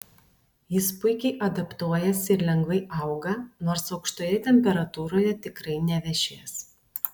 jis puikiai adaptuojasi ir lengvai auga nors aukštoje temperatūroje tikrai nevešės